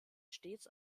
stets